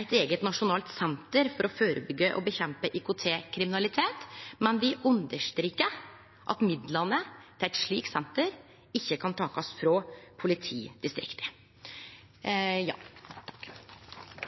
eit eige nasjonalt senter for å førebyggje og kjempe mot IKT-kriminalitet, men me understrekar at midlane til eit slikt senter ikkje kan takast frå politidistrikta.